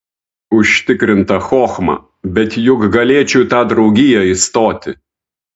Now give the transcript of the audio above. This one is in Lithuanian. užtikrinta chochma bet juk galėčiau į tą draugiją įstoti